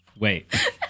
Wait